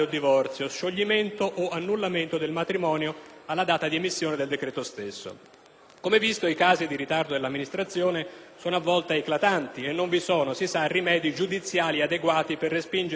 Come visto, i casi di ritardo dell'amministrazione sono a volte eclatanti e non vi sono, si sa, rimedi giudiziali adeguati per spingere il Ministero a pronunciarsi nei termini di legge.